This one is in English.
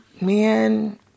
man